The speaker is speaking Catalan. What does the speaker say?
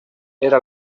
era